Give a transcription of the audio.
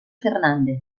fernández